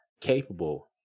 capable